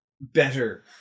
better